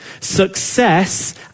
Success